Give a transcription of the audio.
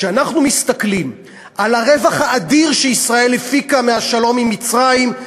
כשאנחנו מסתכלים על הרווח האדיר שישראל הפיקה מהשלום עם מצרים,